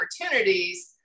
opportunities